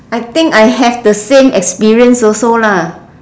I think I have the same experience also lah